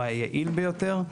הוא היעל ביותר.